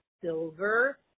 silver